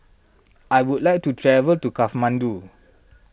I would like to travel to Kathmandu